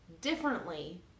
differently